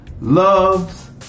loves